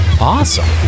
Awesome